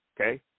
Okay